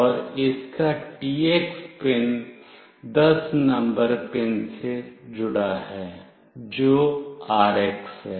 और इसका TX pin 10 number pin से जुड़ा है जो कि RX है